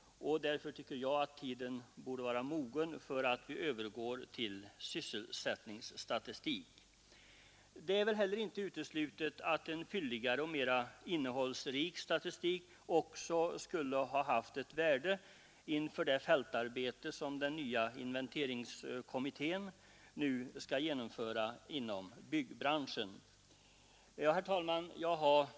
Därför tycker jag att tiden borde vara mogen för att övergå till sysselsättningsstatistik. Det är väl heller inte uteslutet att en fylligare och en mera innehållsrik statistik också skulle ha haft ett värde inför det fältarbete som den nya inventeringskommittén nu skall genomföra inom byggbranschen. Herr talman!